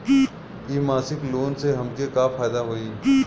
इ मासिक लोन से हमके का फायदा होई?